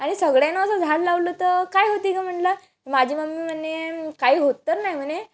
आणि सगळ्याना असं झाड लावलं तर काय होती गं म्हटलं माझी मम्मी म्हणे काही होत तर नाही म्हणे